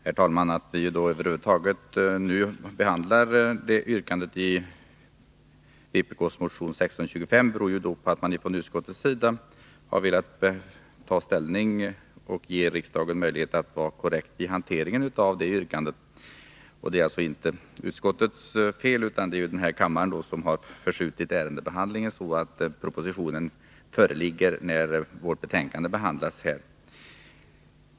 Herr talman! Att vi nu över huvud taget behandlar yrkandet i vpk:s motion 1625 beror på att man från utskottets sida har velat ta ställning och ge riksdagen möjlighet att vara korrekt i hanteringen av detta yrkande. Det är inte utskottets fel att propositionen föreligger när betänkandet behandlas här, utan kammaren har förskjutit ärendebehandlingen så att den situationen har uppstått.